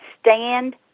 stand